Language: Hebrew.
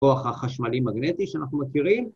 ‫כוח החשמלי-מגנטי שאנחנו מכירים.